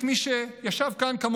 החליט לבחון את העניין מי שישב כאן כמונו,